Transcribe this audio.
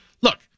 look